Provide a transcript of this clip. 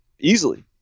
easily